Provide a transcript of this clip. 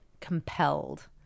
compelled